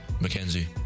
Mackenzie